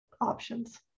options